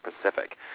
Pacific